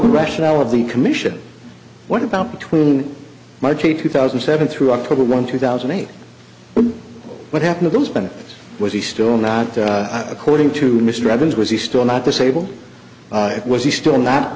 the rationale of the commission what about between march eighth two thousand and seven through october one two thousand and eight what happened to those benefits was he still not according to mr evans was he still not disable it was he still not